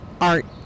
art